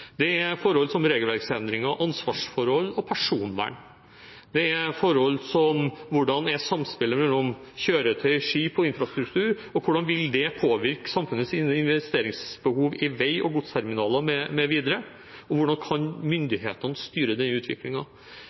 Det er forhold som regelverksendringer, ansvarsforhold og personvern. Det er forhold som går på hvordan samspillet mellom kjøretøy, skip og infrastruktur er. Hvordan vil det påvirke samfunnets investeringsbehov i vei og godsterminaler mv., og hvordan kan myndighetene styre